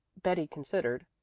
betty considered.